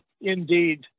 indeed